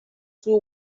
two